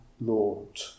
Lord